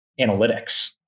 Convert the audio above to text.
analytics